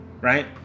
right